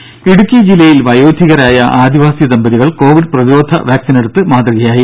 ദ്ദേ ഇടുക്കി ജില്ലയിൽ വയോധികരായ ആദിവാസി ദമ്പതികൾ കോവിഡ് പ്രതിരോധ വാക്സിനെടുത്ത് മാതൃകയായി